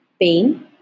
pain